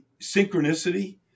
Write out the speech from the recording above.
synchronicity